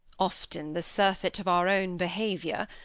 often the surfeit of our own behaviour,